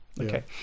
Okay